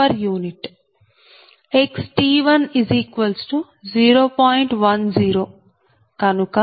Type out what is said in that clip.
10 కనుక Ifg11 0